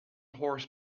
horse